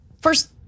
first